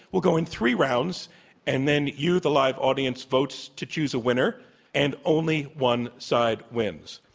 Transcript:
will go in three rounds and then, you, the live audience, votes to choose a winner and only one side wins.